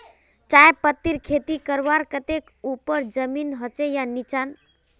चाय पत्तीर खेती करवार केते ऊपर जमीन होचे या निचान?